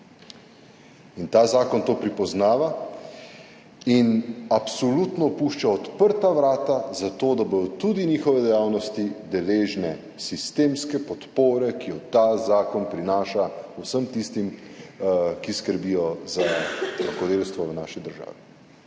in ta zakon to prepoznava in absolutno pušča odprta vrata za to, da bodo tudi njihove dejavnosti deležne sistemske podpore, ki jo ta zakon prinaša vsem tistim, ki skrbijo za rokodelstvo v naši državi.